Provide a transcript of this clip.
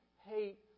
hate